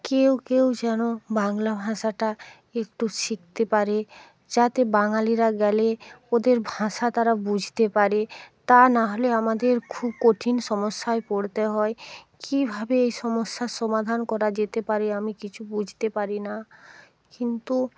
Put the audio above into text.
কেউ কেউ যেন বাংলা ভাষাটা একটু শিখতে পারে যাতে বাঙালিরা গেলে ওদের ভাষা তারা বুঝতে পারে তা না হলে আমাদের খুব কঠিন সমস্যায় পড়তে হয় কিভাবে এই সমস্যার সমাধান করা যেতে পারে আমি কিছু বুঝতে পারি না কিন্তু